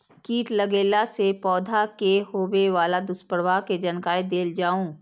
कीट लगेला से पौधा के होबे वाला दुष्प्रभाव के जानकारी देल जाऊ?